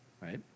Right